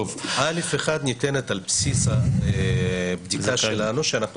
א'1 ניתנת על בסיס בדיקה שלנו שאנחנו